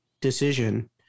decision